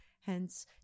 hence